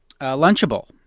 Lunchable